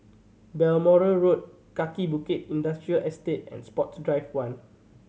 Balmoral Road Kaki Bukit Industrial Estate and Sports Drive One